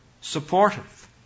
supportive